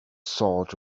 sword